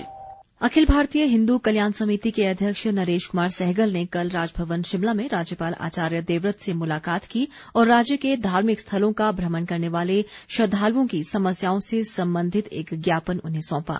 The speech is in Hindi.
राज्यपाल अखिल भारतीय हिन्दू कल्याण समिति के अध्यक्ष नरेश कुमार सहगल ने कल राजभवन शिमला में राज्यपाल आचार्य देवव्रत से मुलाकात की और राज्य के धार्मिक स्थलों का भ्रमण करने वाले श्रद्वालुओं की समस्याओं से संबंधित एक ज्ञापन उन्हें सौंपा